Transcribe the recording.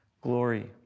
glory